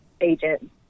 agent